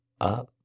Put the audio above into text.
up